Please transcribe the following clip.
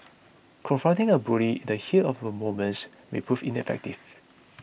confronting a bully in the heat of the moments may prove ineffective